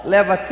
Leva